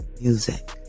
music